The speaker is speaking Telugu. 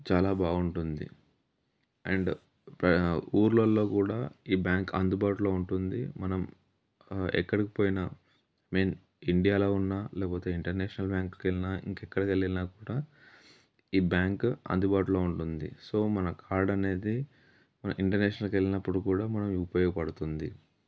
చాలా బాగుంటుంది అండ్ పె ఊర్లలో కూడా ఈ బ్యాంక్ అందుబాటులో ఉంటుంది మనం ఎక్కడికి పోయినా మెయిన్ ఇండియాలో ఉన్నా లేకపోతే ఇంటర్నేషనల్ బ్యాంక్కి వెళ్ళినా ఇంకెక్కడికి వెళ్ళినా కూడా ఈ బ్యాంక్ అందుబాటులో ఉంటుంది సో మన కార్డ్ అనేది మన ఇంటర్నేషనల్కి వెళ్ళినప్పుడు కూడా మనకు ఉపయోగపడుతుంది